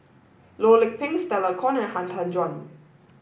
Loh Lik Peng Stella Kon and Han Tan Juan